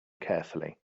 carefully